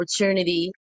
opportunity